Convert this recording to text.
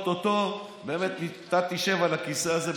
או-טו-טו אתה תשב על הכיסא הזה,